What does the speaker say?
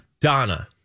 Donna